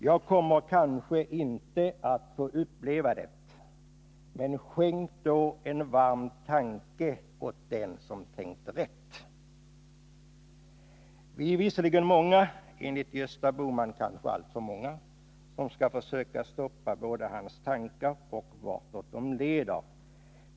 Jag kommer kanske inte att få uppleva det, men skänk då en varm tanke åt den som tänkte rätt.” Vi är visserligen många — enligt Gösta Bohman kanske alltför många — som skall försöka stoppa både hans tankar och deras följder.